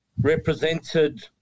represented